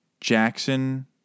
Jackson